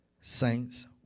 saints